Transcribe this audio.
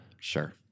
sure